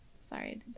Sorry